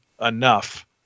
enough